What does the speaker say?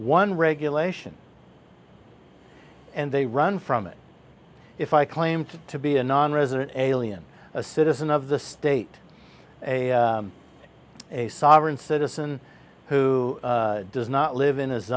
one regulation and they run from it if i claimed to be a nonresident alien a citizen of the state a sovereign citizen who does not live in